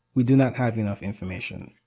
we do not have enough information.